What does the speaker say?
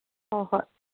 ꯍꯣꯏ ꯍꯣꯏ